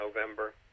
November